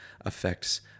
affects